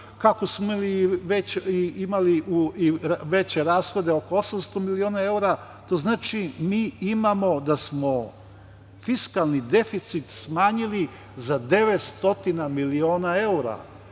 kako smo već imali i veće rashode oko 800 miliona evra, a to znači mi imamo da smo fiskalni deficit smanjili za 900 miliona evra,